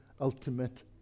ultimate